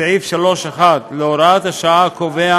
סעיף 3(1) להוראת השעה קובע